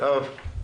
האם